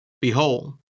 Behold